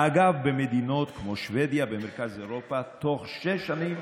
אגב, במדינות כמו שבדיה במרכז אירופה בתוך שש שנים